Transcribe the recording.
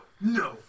no